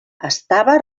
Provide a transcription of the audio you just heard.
estava